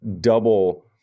double